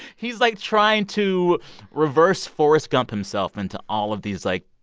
he's, like, trying to reverse-forrest-gump himself into all of these, like,